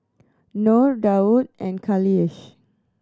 Nor Daud and Khalish